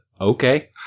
okay